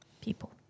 people